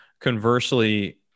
conversely